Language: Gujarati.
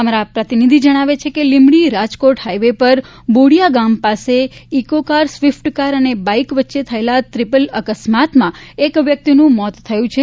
અમારા પ્રતિનિધિ જણાવે છે કે લીંબડી રાજકોટ હાઇવે પર બોળીયા ગામ પાસે ઇકોકાર સ્વીફટ કાર અને બાઇક વચ્ચે થયેલા ટ્રીપલ અકસ્માતમાં એક વ્યક્તિનું મોત થયું છે